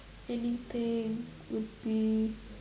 anything would be